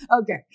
Okay